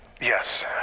Yes